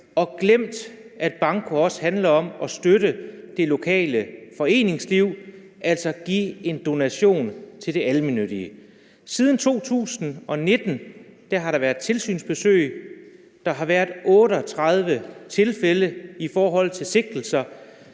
og glemt, at banko også handler om at støtte det lokale foreningsliv, altså give en donation til det almennyttige. Siden 2019 har der været tilsynsbesøg, og der har været 38 tilfælde af sigtelser.